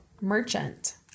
merchant